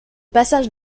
passage